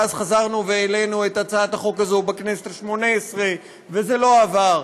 ואז חזרנו והעלינו את הצעת החוק הזאת בכנסת השמונה-עשרה וזה לא עבר,